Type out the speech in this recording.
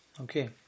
okay